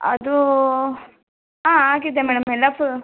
ಅದೂ ಆಂ ಆಗಿದೆ ಮೇಡಮ್ ಎಲ್ಲ ಫ